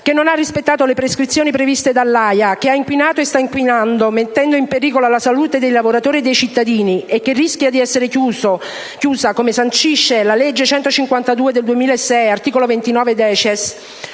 che non ha rispettato le prescrizioni previste dall'AIA, che ha inquinato e sta inquinando, mettendo in pericolo la salute dei lavoratori e dei cittadini, e che rischia di essere chiusa, come sancisce il decreto legislativo n. 152 del 2006 (articolo 29-*decies*),